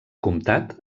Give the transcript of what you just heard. comtat